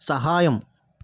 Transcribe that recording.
సహాయం